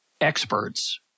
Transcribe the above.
Experts